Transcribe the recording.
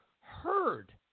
heard